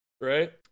right